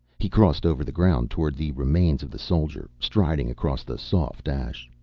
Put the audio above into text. he crossed over the ground toward the remains of the soldier, striding across the soft ash.